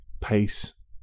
pace